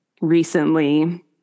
recently